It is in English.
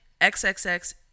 xxx